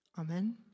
Amen